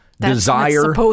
Desire